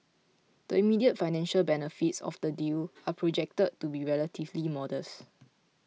the immediate financial benefits of the deal are projected to be relatively modest